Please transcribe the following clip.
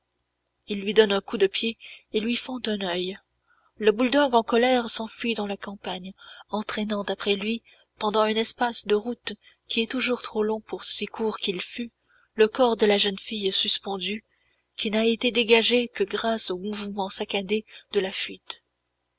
il lui donne un coup de pied et lui fend un oeil le bouledogue en colère s'enfuit dans la campagne entraînant après lui pendant un espace de route qui est toujours trop long pour si court qu'il fût le corps de la jeune fille suspendue qui n'a été dégagé que grâce aux mouvements saccadés de la fuite